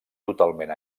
totalment